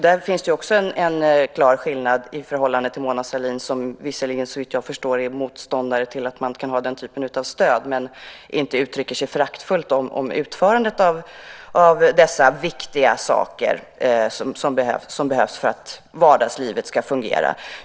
Där finns det också en klar skillnad i förhållande till Mona Sahlin, som visserligen är motståndare till den typen av stöd men inte uttrycker sig föraktfullt om utförandet av dessa viktiga saker som behövs för att vardagslivet ska fungera.